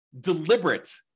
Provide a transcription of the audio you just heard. deliberate